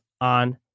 on